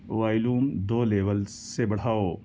volume دو levels سے بڑھاؤ